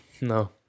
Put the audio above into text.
No